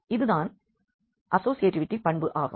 இதுதான் அசோஷியேட்டிவிட்டி பண்பு ஆகும்